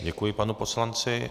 Děkuji panu poslanci.